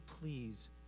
please